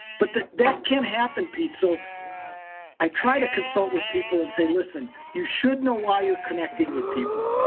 but that that can happen, pete. so i try to consult with people and say, listen, you should know why you're connecting with people.